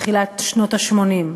מתחילת שנות ה-80.